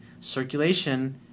Circulation